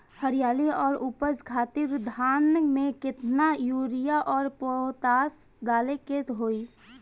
हरियाली और उपज खातिर धान में केतना यूरिया और पोटाश डाले के होई?